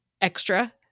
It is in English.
extra